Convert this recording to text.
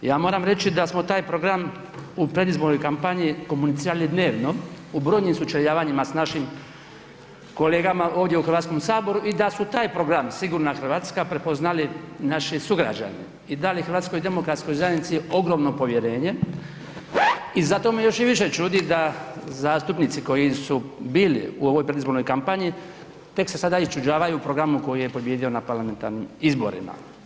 Ja moram reći da smo taj program u predizbornoj kampanji komunicirali dnevno u brojnim sučeljavanjima s našim kolegama ovdje u HS i da su taj program Sigurna RH prepoznali naši sugrađani i dali HDZ-u ogromno povjerenje i zato me još i više čudi da zastupnici koji su bili u ovoj predizbornoj kampanji tek se sada iščuđavaju programu koji je pobijedio na parlamentarnim izborima.